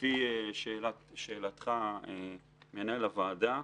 לשאלתך מנהל הוועדה,